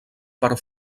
per